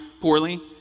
poorly